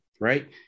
right